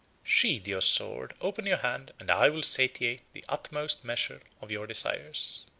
sheathe your sword, open your hand, and i will satiate the utmost measure of your desires.